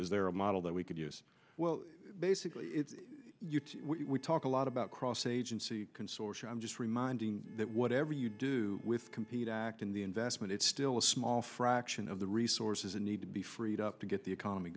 is there a model that we could use well basically we talk a lot about cross agency consortia i'm just reminding that whatever you do with compete act in the investment it's still a small fraction of the resources you need to be freed up to get the economy